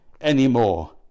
anymore